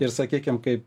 ir sakykim kaip